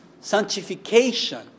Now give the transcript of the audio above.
sanctification